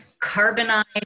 carbonized